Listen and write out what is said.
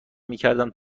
میکردم